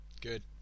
Good